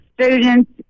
students